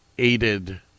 Aided